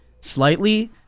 Slightly